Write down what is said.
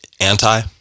Anti